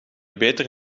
beter